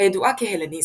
הידועה כהלניזם.